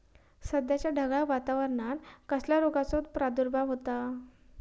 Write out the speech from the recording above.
सध्याच्या ढगाळ वातावरणान कसल्या रोगाचो प्रादुर्भाव होता?